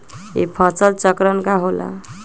ई फसल चक्रण का होला?